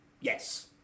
yes